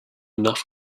enough